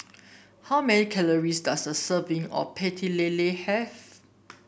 how many calories does a serving of lele have